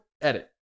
edit